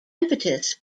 impetus